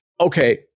Okay